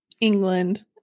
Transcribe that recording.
England